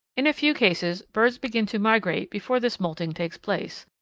in a few cases birds begin to migrate before this moulting takes place,